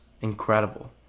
incredible